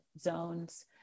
zones